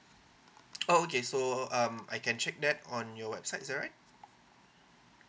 oh okay so um I can check that on your website is that right